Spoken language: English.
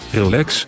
relax